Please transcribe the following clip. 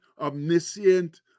omniscient